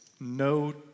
no